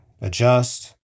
adjust